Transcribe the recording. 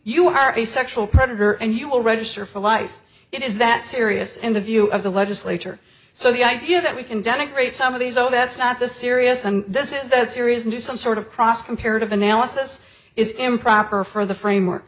you are a sexual predator and you will register for life it is that serious in the view of the legislature so the idea that we can denigrate some of these all that's not the serious on this is that serious do some sort of cross comparative analysis is improper for the frame or